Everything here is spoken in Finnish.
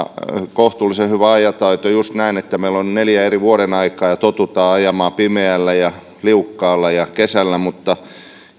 kohtuullisen hyvä ajotaito just näin että meillä on neljä eri vuodenaikaa ja totutaan ajamaan pimeällä ja liukkaalla ja kesällä mutta